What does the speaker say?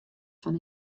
fan